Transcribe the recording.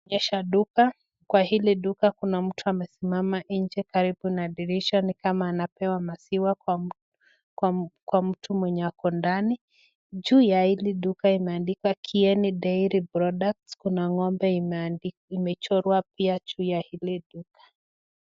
Inaonyesha duka, kwa hili duka kuna mtu amesimama nje karibu na dirisha ni kama anapewa maziwa kwa mtu mwenye ako ndani, juu ya hili duka imeandikwa Kieni Dairy Products, kuna ng'ombe imechorwa pia juu ya hili duka.